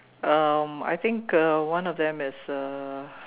um I think uh one of them is a